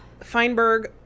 Feinberg